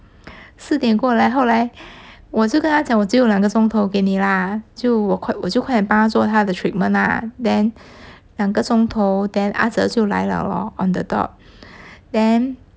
四点过来后来我就跟他讲我只有两个钟头给你啦就我快我快点帮他做他的 treatment ah then 两个钟头 then 啊哲就来了哦 on the dot then